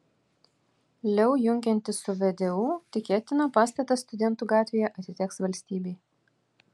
leu jungiantis su vdu tikėtina pastatas studentų gatvėje atiteks valstybei